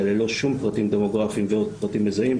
ללא שום פרטים דמוגרפיים ועוד פרטים מזהים,